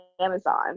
Amazon